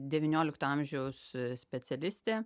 devyniolikto amžiaus specialistė